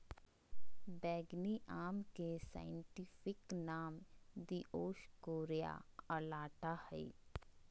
बैंगनी आम के साइंटिफिक नाम दिओस्कोरेआ अलाटा हइ